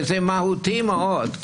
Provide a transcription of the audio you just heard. זה מהותי מאוד.